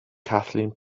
kathleen